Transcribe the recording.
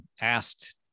asked